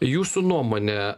jūsų nuomone